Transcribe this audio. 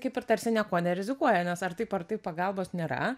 kaip ir tarsi niekuo nerizikuoja nes ar taip ar taip pagalbos nėra